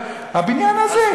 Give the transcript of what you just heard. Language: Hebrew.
הבניין הזה,